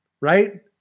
right